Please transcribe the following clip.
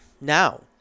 Now